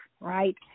right